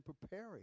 preparing